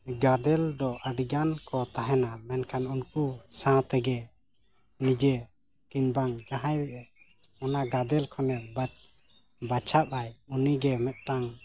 ᱜᱟᱫᱮᱞ ᱫᱚ ᱟᱹᱰᱤᱜᱟᱱ ᱠᱚ ᱛᱟᱦᱮᱱᱟ ᱢᱮᱱᱠᱷᱟᱱ ᱩᱱᱠᱩ ᱥᱟᱶ ᱛᱮᱜᱮ ᱱᱤᱡᱮ ᱠᱤᱢᱵᱟ ᱡᱟᱦᱟᱸᱭ ᱚᱱᱟ ᱜᱟᱫᱮᱞ ᱠᱷᱚᱱᱮ ᱵᱟᱪᱷᱟᱜ ᱟᱭ ᱩᱱᱤᱜᱮ ᱢᱤᱫᱴᱟ